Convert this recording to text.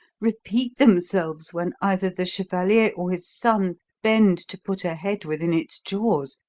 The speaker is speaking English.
repeat themselves when either the chevalier or his son bend to put a head within its jaws,